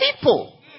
people